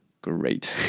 great